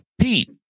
Pete